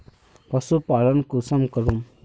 पशुपालन कुंसम करूम?